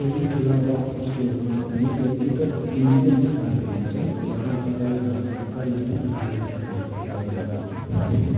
केही ठुला बक्स स्टोरहरूमा पनि व्यक्तिगत किनमेल स्थानहरू हुन्छन् जहाँ तपाईँँ ग्राहकहरूका लागि अनलाइन अर्डरहरू पुरा गर्नुहुन्छ